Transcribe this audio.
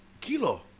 Kilo